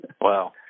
Wow